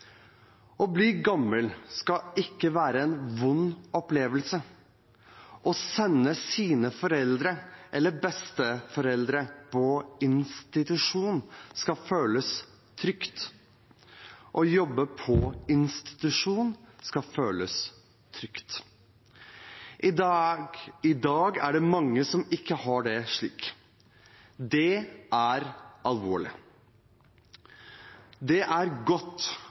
Å bli gammel skal ikke være en vond opplevelse. Å sende sine foreldre eller besteforeldre på institusjon skal føles trygt. Å jobbe på institusjon skal føles trygt. I dag er det mange som ikke har det slik. Det er alvorlig. Det er godt